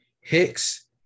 Hicks